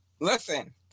listen